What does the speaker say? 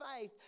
faith